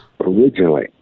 originally